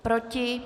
Proti?